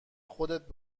خودت